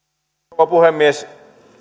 rouva puhemies